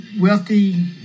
wealthy